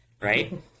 right